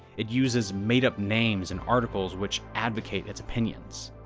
it uses made-up names and articles which advocate its opinions.